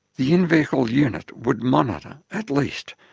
the in-vehicle unit would monitor, at least,